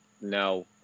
No